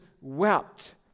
wept